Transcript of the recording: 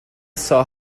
saw